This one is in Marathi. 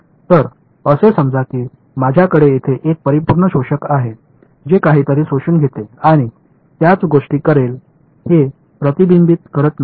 तर असे समजा की माझ्याकडे तेथे एक परिपूर्ण शोषक आहे जे काहीतरी शोषून घेते आणि त्याच गोष्टी करेल हे प्रतिबिंबित करत नाही